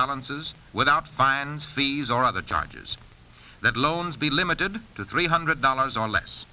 balances without bind fees or other charges that loans be limited to three hundred dollars or less